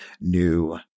new